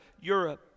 Europe